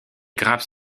grappes